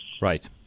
Right